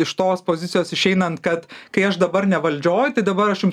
iš tos pozicijos išeinant kad kai aš dabar ne valdžioj tai dabar aš jums